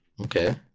Okay